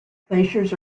glaciers